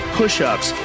push-ups